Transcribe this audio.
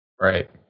Right